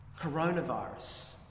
coronavirus